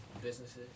Businesses